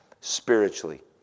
spiritually